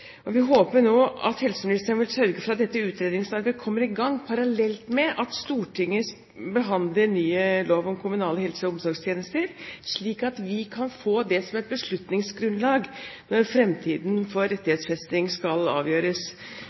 Vi håper nå at helseministeren vil sørge for at dette utredningsarbeidet kommer i gang, parallelt med at Stortinget behandler ny lov om kommunale helse- og omsorgstjenester, slik at vi kan få det som et beslutningsgrunnlag når fremtiden for rettighetsfesting skal avgjøres.